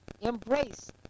embrace